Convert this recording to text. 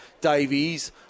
Davies